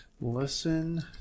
Listen